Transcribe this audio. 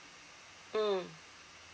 mm